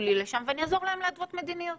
לי לשם ואני אעזור להם להתוות מדיניות.